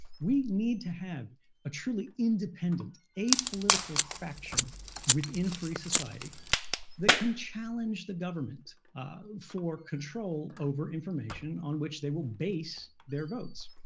we need to have a truly independent, apolitical faction within a free society that can challenge the government for control over information on which they will base their votes.